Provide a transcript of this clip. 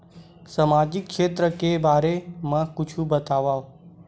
सामजिक क्षेत्र के बारे मा कुछु बतावव?